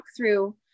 walkthrough